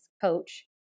coach